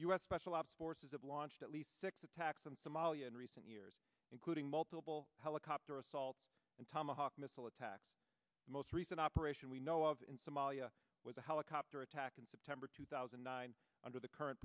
s special ops forces have launched at least six attacks in somalia in recent years including multiple helicopter assault and tomahawk missile attacks the most recent operation we know of in somalia with a helicopter attack in september two thousand nine hundred the current